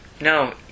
No